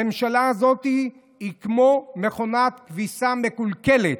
הממשלה הזאת היא כמו מכונת כביסה מקולקלת: